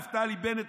נפתלי בנט,